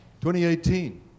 2018